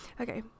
Okay